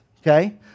okay